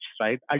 right